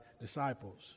disciples